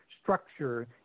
structure